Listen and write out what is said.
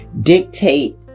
dictate